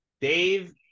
Dave